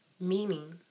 meaning